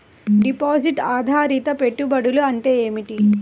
Deposit ఆధారిత పెట్టుబడులు అంటే ఏమిటి?